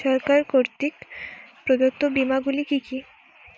সরকার কর্তৃক প্রদত্ত বিমা গুলি কি কি?